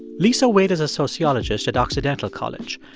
lisa wade is a sociologist at occidental college.